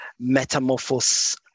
metamorphos